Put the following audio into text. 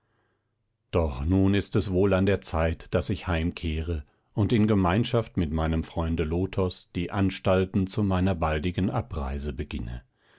doch nun ist es wohl an der zeit daß ich heimkehre und in gemeinschaft mit meinem freunde lothos die anstalten zu meiner baldigen abreise beginne